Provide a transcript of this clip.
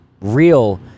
real